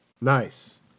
Nice